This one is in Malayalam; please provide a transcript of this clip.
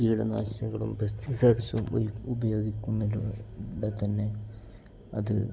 കീടനാശിനികളും പെസ്റ്റിസൈഡ്സും ഉപയോഗിക്കുന്നതിലൂടെടെ തന്നെ അത്